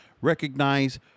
Recognize